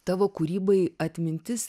tavo kūrybai atmintis